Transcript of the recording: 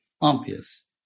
obvious